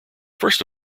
first